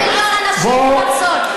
תדברו על התינוקות,